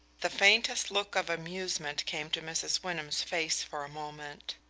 the faintest look of amusement came to mrs. wyndham's face for a moment.